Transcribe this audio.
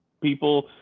people